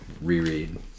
reread